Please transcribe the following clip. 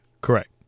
Correct